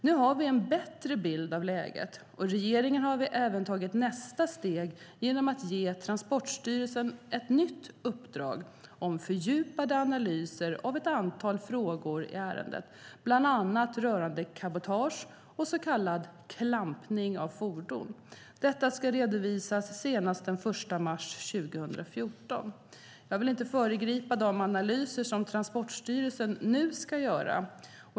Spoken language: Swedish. Nu har vi en bättre bild av läget, och regeringen har även tagit nästa steg genom att ge Transportstyrelsen ett nytt uppdrag om fördjupade analyser av ett antal frågor i ärendet, bland annat rörande cabotage och så kallad klampning av fordon. Detta ska redovisas senast den 1 mars 2014. Jag vill inte föregripa de analyser som Transportstyrelsen nu ska göra.